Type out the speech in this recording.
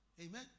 Amen